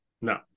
No